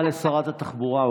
תודה רבה לשרת התחבורה.